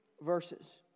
verses